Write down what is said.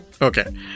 Okay